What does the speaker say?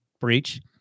Breach